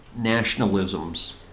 nationalisms